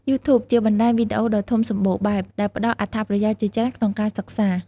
យូធូប ជាបណ្តាញវីដេអូដ៏ធំសម្បូរបែប ដែលផ្តល់អត្ថប្រយោជន៍ជាច្រើនក្នុងការសិក្សា។